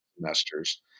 semesters